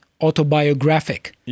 autobiographic